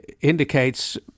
indicates